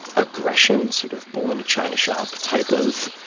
aggression sort of bull in a china shop type of,